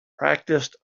practiced